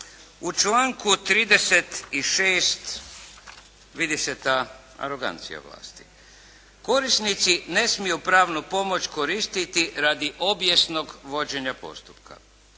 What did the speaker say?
U članku 36. vidi se ta arogancija vlasti. Korisnici ne smiju pravnu pomoć koristiti radi obijesnog vođenja postupka.